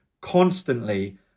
constantly